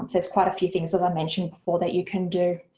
there's quite a few things as i mentioned before that you can do.